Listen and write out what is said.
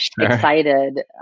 excited